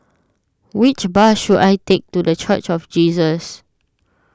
which bus should I take to the Church of Jesus